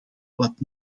wat